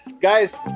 Guys